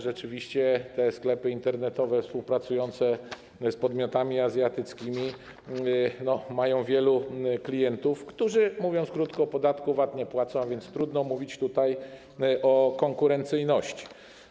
Rzeczywiście, sklepy internetowe współpracujące z podmiotami azjatyckimi mają wielu klientów, którzy - mówiąc krótko - podatku VAT nie płacą, a więc trudno mówić tutaj o konkurencyjności.